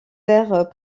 verts